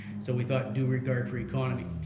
so we thought due regard for economy.